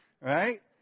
right